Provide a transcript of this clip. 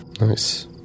Nice